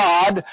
God